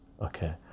okay